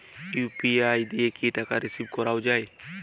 UPI দিয়ে কি টাকা রিসিভ করাও য়ায়?